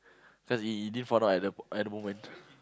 cause he didn't fall down at the p~ at the moment